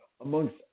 amongst